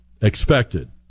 expected